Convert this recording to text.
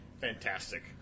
Fantastic